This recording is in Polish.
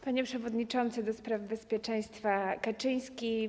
Panie Przewodniczący do spraw Bezpieczeństwa Kaczyński!